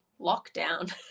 lockdown